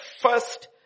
first